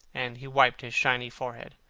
and he wiped his shiny forehead.